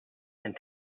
and